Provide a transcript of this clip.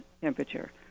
temperature